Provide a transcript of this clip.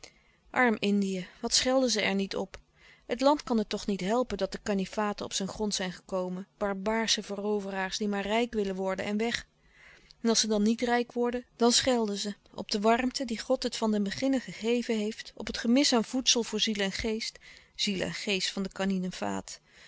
arm indië wat schelden ze er niet op het land kan het toch niet helpen dat er kaninefaten op zijn grond zijn gekomen barbaarsche veroveraars die maar rijk willen worden en weg en als ze dan niet rijk worden dan schelden ze op de warmte die god het van den beginne gegeven heeft op het gemis aan voedsel voor ziel en geest ziel en geest van den kaninefaat